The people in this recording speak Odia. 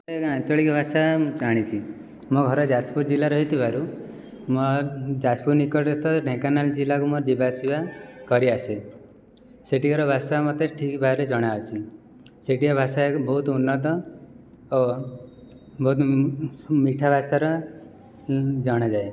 ଆଜ୍ଞା ଆଞ୍ଚଳିକ ଭାଷା ମୁଁ ଜାଣିଛି ମୋ ଘର ଯାଜପୁର ଜିଲ୍ଲାରେ ହୋଇଥିବାରୁ ଯାଜପୁର ନିକଟସ୍ଥ ଢେଙ୍କାନାଳ ଜିଲ୍ଲାକୁ ମୋର ଯିବା ଆସିବା କରିଆସେ ସେଠିକାର ଭାଷା ମୋତେ ଠିକ୍ ଭାବରେ ଜଣାଅଛି ସେଠିକା ଭାଷା ବହୁତ ଉନ୍ନତ ଓ ବହୁତ ମିଠା ଭାଷାର ଜଣାଯାଏ